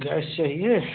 gas चाहिए